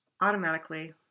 automatically